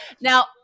now